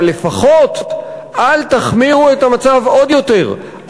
אבל לפחות אל תחמירו את המצב עוד יותר,